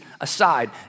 aside